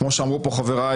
כמו שאמרו פה חבריי,